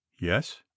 yes